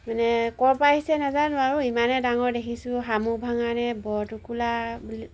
মানে ক'ৰ পৰা আহিছে নাজানো আৰু ইমানে ডাঙৰ দেখিছোঁ সামু ভাঙা নে বৰটোকোলা বুলি